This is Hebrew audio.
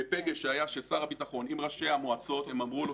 בפגש שהיה של שר הביטחון עם ראשי המועצות הם אמרו לו: